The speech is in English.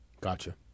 Gotcha